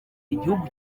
igihugu